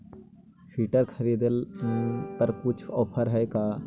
Filter खरिदे पर कुछ औफर है का?